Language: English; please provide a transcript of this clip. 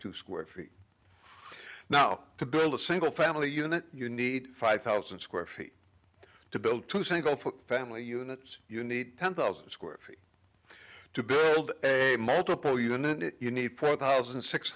two square feet now to build a single family unit you need five thousand square feet to build two single family units you need ten thousand square feet to build a multiple unit you need four thousand six